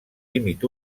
límit